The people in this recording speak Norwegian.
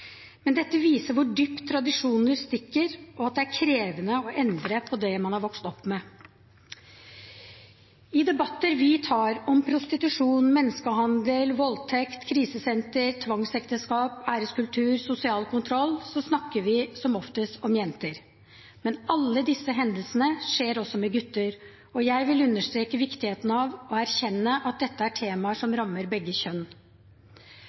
Men dette viser hvor dypt tradisjoner stikker, og at det er krevende å endre på det man er vokst opp med. I debatter vi tar om prostitusjon, menneskehandel, voldtekt, krisesenter, tvangsekteskap, æreskultur og sosial kontroll, snakker vi som oftest om jenter. Men alle disse hendelsene skjer også med gutter, og jeg vil understreke viktigheten av å erkjenne at dette er temaer som rammer begge kjønn.